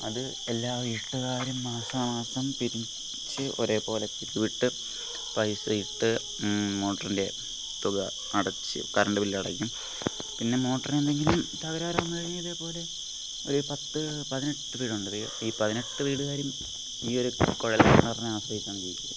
അത് എല്ലാ വീട്ടുകാരും മാസാമാസം പിരിച്ച് ഒരേപോലെ പിരിവിട്ട് പൈസ ഇട്ട് മോട്ടറിൻ്റെ തുക അടച്ച് കരണ്ട് ബിൽ അടയ്ക്കും പിന്നെ മോട്ടറിന് എന്തെങ്കിലും തകരാറ് വന്നു കഴിഞ്ഞാൽ ഇതേപോലെ ഒരു പത്ത് പതിനെട്ട് വീടുണ്ട് ഈ പതിനെട്ട് വീടുകാരും ഈയൊരു കുഴൽക്കിണറിന ആശ്രയിച്ചാണ് ജീവിക്കുന്നത്